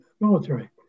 military